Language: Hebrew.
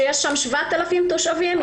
שיש שם 7,000 תושבים,